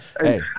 Hey